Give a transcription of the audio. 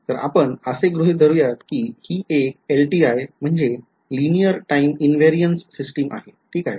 तर आपण असे गृहीत धरुयात कि हि एक LTI आहे ठीक आहे